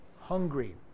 hungry